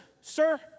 Sir